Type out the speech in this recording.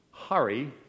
hurry